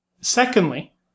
Secondly